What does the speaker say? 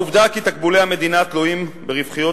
העובדה כי תקבולי המדינה תלויים ברווחיות